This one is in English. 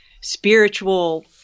spiritual